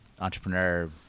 entrepreneur